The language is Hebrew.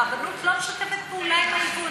הרבנות לא משתפת פעולה עם היבואנים המקבילים.